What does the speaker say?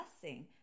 blessing